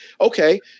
okay